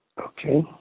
Okay